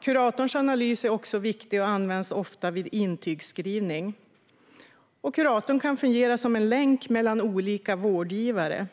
Kuratorns analys är också viktig och används ofta vid intygsskrivning. Vidare kan kuratorn fungera som en länk mellan olika vårdgivare.